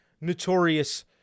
Notorious